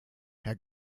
herr